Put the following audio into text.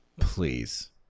Please